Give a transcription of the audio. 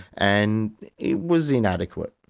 and it was inadequate.